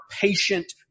patient